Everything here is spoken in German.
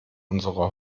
unserer